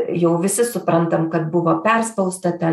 jau visi suprantam kad buvo perspausta ten